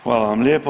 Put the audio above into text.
Hvala vam lijepo.